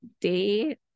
day